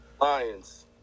Lions